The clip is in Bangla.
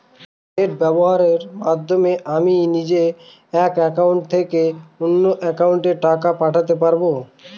নেট ব্যবহারের মাধ্যমে আমি নিজে এক অ্যাকাউন্টের থেকে অন্য অ্যাকাউন্টে টাকা পাঠাতে পারব?